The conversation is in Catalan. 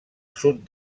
sud